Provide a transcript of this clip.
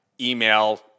email